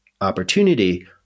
opportunity